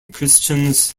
christians